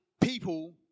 people